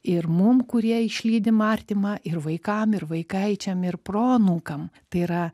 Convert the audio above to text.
ir mum kurie išlydim artimą ir vaikam ir vaikaičiam ir proanūkam tai yra